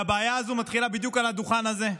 והבעיה הזו מתחילה בדיוק על הדוכן הזה,